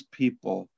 people